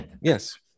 Yes